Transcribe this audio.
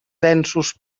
densos